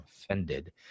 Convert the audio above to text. offended